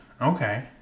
Okay